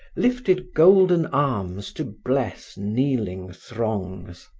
lifted golden arms to bless kneeling throngs.